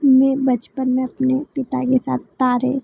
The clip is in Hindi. मैं बचपन में अपने पिता के साथ तारे